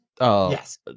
Yes